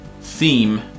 theme